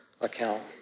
account